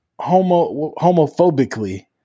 homophobically